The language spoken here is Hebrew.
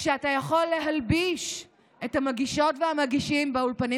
כשאתה יכול להלביש את המגישות והמגישים באולפנים